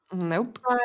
nope